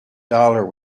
dollar